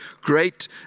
great